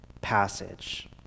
passage